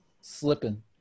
slipping